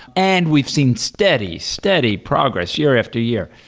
and we've seen steady, steady progress year after year.